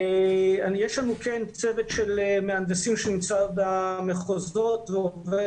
יש לנו צוות של מהנדסים, שנמצא במחוזות ועובד